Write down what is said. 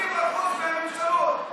80% מהממשלות.